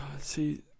See